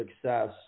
success